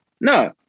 no